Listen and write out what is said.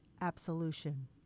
absolution